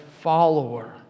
follower